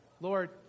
Lord